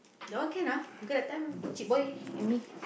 that one can ah because that time chick boy and me